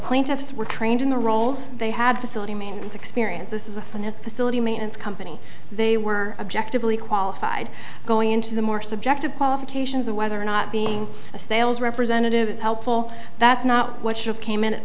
plaintiffs were trained in the roles they had facility manes experience this is a finance facility maintenance company they were objectively qualified going into the more subjective qualifications of whether or not being a sales representative is helpful that's not what she came in at